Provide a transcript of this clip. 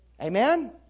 Amen